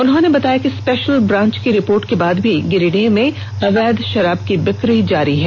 उन्होंने बताया कि स्पेशल ब्रांच की रिपोर्ट के बाद भी गिरिडीह में अवैध शराब की बिक्री जारी है